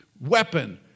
weapon